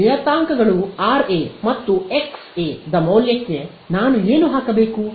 ನಿಯತಾಂಕಗಳು R A ಮತ್ತು X A ದ ಮೌಲ್ಯಕ್ಕೆ ನಾನು ಏನು ಹಾಕಬೇಕು